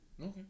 Okay